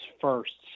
firsts